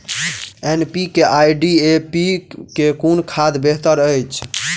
NPK आ DAP मे कुन खाद बेहतर अछि?